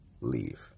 leave